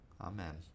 Amen